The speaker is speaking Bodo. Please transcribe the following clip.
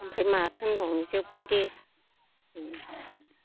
ओमफ्राय माथो होनबावनो जोब्बाय दे